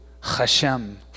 Hashem